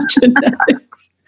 genetics